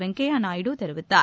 வெங்கையாநாயுடு தெரிவித்தார்